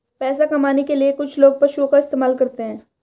पैसा कमाने के लिए कुछ लोग पशुओं का इस्तेमाल करते हैं